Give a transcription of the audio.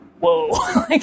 whoa